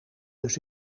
dus